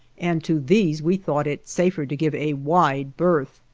and to these we thought it safer to give a wide berth.